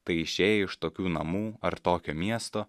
tai išėję iš tokių namų ar tokio miesto